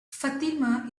fatima